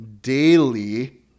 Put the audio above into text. daily